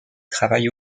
travaille